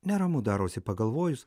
neramu darosi pagalvojus